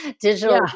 digital